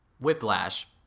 Whiplash